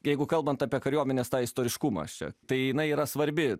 jeigu kalbant apie kariuomenes tą istoriškumą aš čia tai jinai yra svarbi